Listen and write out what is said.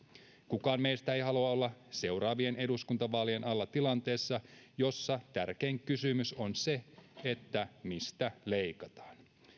kukaan meistä ei halua olla seuraavien eduskuntavaalien alla tilanteessa jossa tärkein kysymys on se mistä leikataan